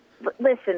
listen